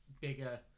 bigger